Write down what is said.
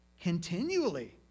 Continually